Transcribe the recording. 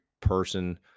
person